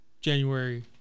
January